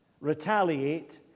retaliate